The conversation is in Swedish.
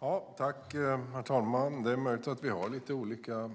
Herr talman! Det är möjligt att Hans Rothenberg och jag har lite olika